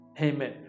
Amen